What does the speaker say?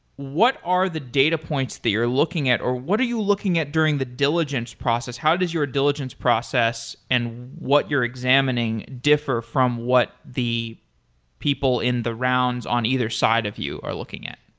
what are the data points the you're looking at or what are you looking at during the diligence process? how does your diligence process and what you're examining differ from what the people in the rounds on either side of you are looking at?